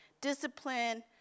Discipline